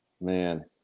Man